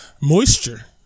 Moisture